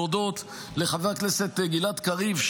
להודות לחבר הכנסת גלעד קריב,